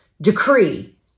decree